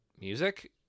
music